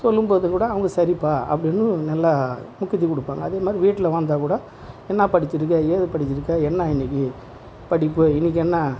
சொல்லும்போது கூட அவங்க சரிப்பா அப்படினு நல்லா ஊக்கத்தை கொடுப்பாங்க அதே மாதிரி வீட்டில் வந்தால் கூட என்ன படித்திருக்க ஏது படித்திருக்க என்ன இன்றைக்கி படிப்பு இன்றைக்கி என்ன